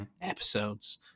episodes